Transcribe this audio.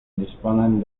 disponen